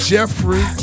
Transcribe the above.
Jeffrey